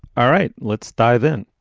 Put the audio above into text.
all right, let's dive in